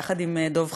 יחד עם דב חנין,